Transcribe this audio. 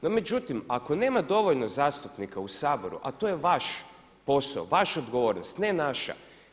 No međutim, ako nema dovoljno zastupnika u Saboru, a to je vaš posao, vaša odgovornost ne naša.